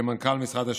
כמנכ"ל משרד השיכון.